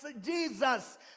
Jesus